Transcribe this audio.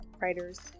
writers